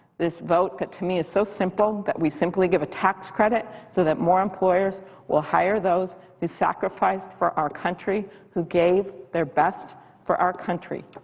this vote that to me is so simple, that we simply give a tax credit so that more employers will hire those who sacrificed for our country who gave their best for our country.